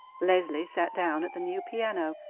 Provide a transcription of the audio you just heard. leslie sat down at the new piano,